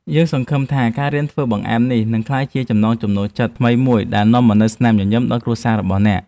យើងសង្ឃឹមថាការរៀនធ្វើបង្អែមនេះនឹងក្លាយជាចំណង់ចំណូលចិត្តថ្មីមួយដែលនាំមកនូវស្នាមញញឹមដល់គ្រួសាររបស់អ្នក។